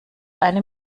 eine